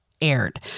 aired